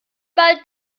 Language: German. bald